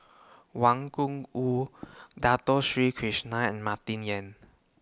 Wang Gungwu Dato Sri Krishna and Martin Yan